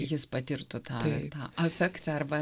jis patirtų tą tą efektą arba